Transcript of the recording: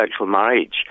marriage